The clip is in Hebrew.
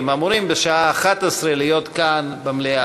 אמורים בשעה 11:00 להיות כאן במליאה.